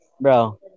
bro